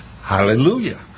hallelujah